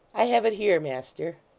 i have it here, master